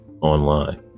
online